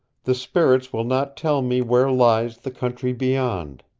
the spirits will not tell me where lies the country beyond.